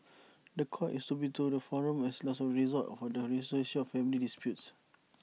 The Court is to be the forum of last resort for the resolution of family disputes